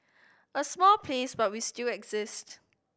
a small place but we still exist